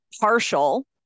partial